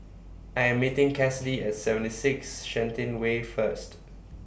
I Am meeting Cassidy At seventy six Shenton Way First